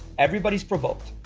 everybody's provoked